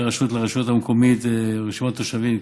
הרשות לרשות המקומית את רשימת התושבים.